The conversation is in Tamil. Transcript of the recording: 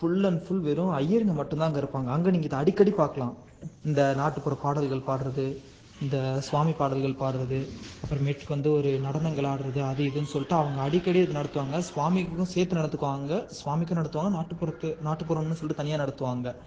ஃபுல் அண்ட் ஃபுல் வெறும் ஐயருங்க மட்டும்தான் அங்கே இருப்பாங்க அங்கே நீங்கள் இதை அடிக்கடி பார்க்கலாம் இந்த நாட்டுபுற பாடல்கள் பாடுறது இந்த சுவாமி பாடல்கள் பாடுறது அப்புறமேட்டுக்கு வந்து ஒரு நடனங்கள் ஆடுறது அது இதுன்னு சொல்லிட்டு அவங்க அடிக்கடி அதை நடத்துவாங்க சுவாமிக்கும் சேர்த்து நடத்துவாங்க சுவாமிக்கும் நடத்துவாங்க நாட்டுப்புறத்து நாட்டுப்புறம்னு சொல்லிவிட்டு தனியாக நடத்துவாங்க